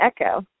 echo